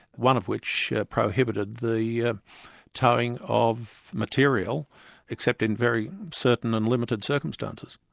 one of which prohibited the ah towing of material except in very certain and limited circumstances.